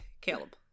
Caleb